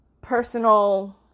personal